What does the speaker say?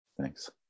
Thanks